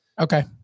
okay